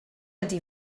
ydy